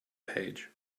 page